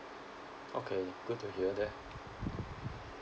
okay good to hear that